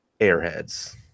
Airheads